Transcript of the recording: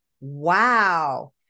Wow